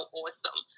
awesome